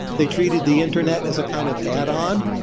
they treated the internet as a kind of add on.